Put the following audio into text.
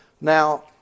Now